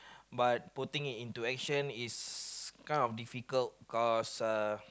but putting into action is kind of difficult cause uh